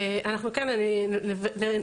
הוועדה.